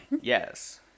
Yes